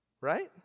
Right